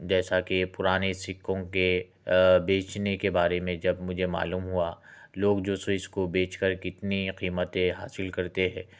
جیسا کہ پُرانے سِکوں کے بیچنے کے بارے میں جب مجے معلوم ہُوا لوگ جو سو اِس کو بیچ کر کتنی قیمتیں حاصل کرتے ہے